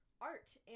art